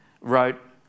wrote